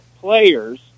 players